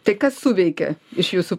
tai kas suveikia iš jūsų